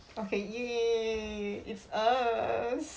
okay !yay! it's us